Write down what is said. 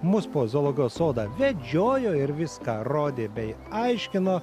mus po zoologijos sodą vedžiojo ir viską rodė bei aiškino